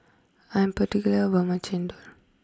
I'm particular about my Chendol